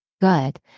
good